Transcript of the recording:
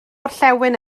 orllewin